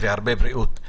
הרבה בריאות.